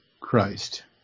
Christ